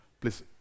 please